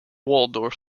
waldorf